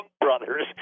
Brothers